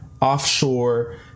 offshore